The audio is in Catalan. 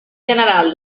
general